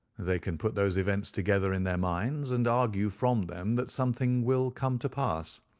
they can put those events together in their minds, and argue from them that something will come to pass.